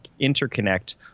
interconnect